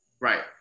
right